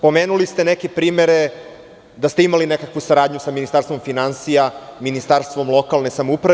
Pomenuli ste neke primere, da ste imali nekakvu saradnju sa Ministarstvom finansija, Ministarstvom lokalne samouprave.